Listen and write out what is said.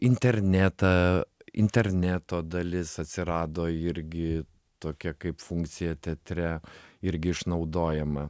internetą interneto dalis atsirado irgi tokia kaip funkcija teatre irgi išnaudojama